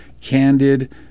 candid